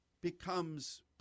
becomes